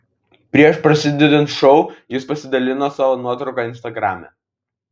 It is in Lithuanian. prieš prasidedant šou jis pasidalino savo nuotrauka instagrame